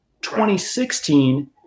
2016